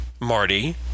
Marty